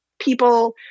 people